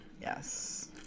Yes